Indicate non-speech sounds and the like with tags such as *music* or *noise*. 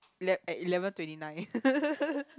ele~ at eleven twenty nine *laughs*